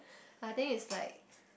I think it's like